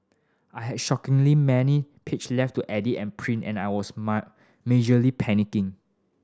I had shockingly many page left to edit and print and I was mark majorly panicking